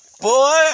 Boy